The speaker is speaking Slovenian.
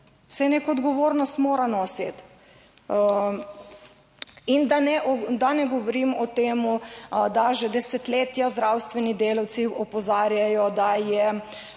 Saj neko odgovornost mora nositi. In da ne govorim o tem, da že desetletja zdravstveni delavci opozarjajo, da je